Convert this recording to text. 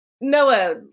Noah